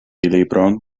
libron